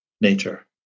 nature